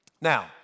Now